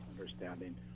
understanding